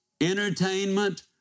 entertainment